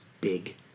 big